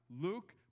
Luke